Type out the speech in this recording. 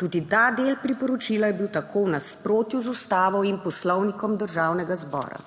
Tudi ta del priporočila je bil tako v nasprotju z Ustavo in Poslovnikom Državnega zbora.